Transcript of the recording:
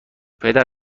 پدر